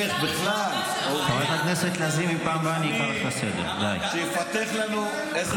איך בכלל, אפשר לשאול, אפשר לשאול משהו אחד?